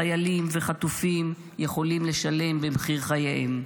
חיילים וחטופים יכולים לשלם במחיר חייהם.